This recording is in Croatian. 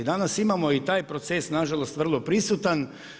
Danas imamo i taj proces na žalost vrlo prisutan.